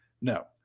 No